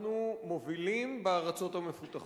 אנחנו מובילים בארצות המפותחות.